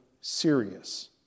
serious